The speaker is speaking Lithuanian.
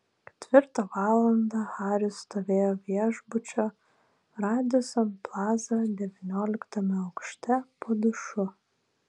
ketvirtą valandą haris stovėjo viešbučio radisson plaza devynioliktame aukšte po dušu